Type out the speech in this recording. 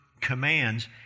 commands